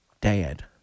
Dad